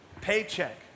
paycheck